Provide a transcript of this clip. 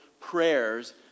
prayers